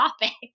topic